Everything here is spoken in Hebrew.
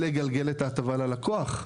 לגלגל את ההטבה ללקוח.